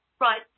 right